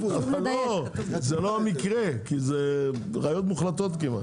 מדלגת להסתייגות 45. בסעיף 54 להצעת החוק בסעיף קטן (ב)